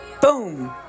Boom